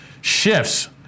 shifts